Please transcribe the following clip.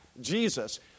Jesus